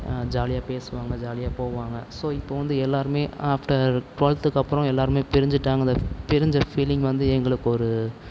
ஜாலியாக பேசுவாங்க ஜாலியாக போவாங்க ஸோ இப்போது வந்து எல்லோருமே ஆஃப்டர் ட்வல்த்துக்கப்புறம் எல்லோருமே பிரிஞ்சுட்டாங்க அந்த பிரிஞ்ச ஃபீலிங் வந்து எங்களுக்கு ஒரு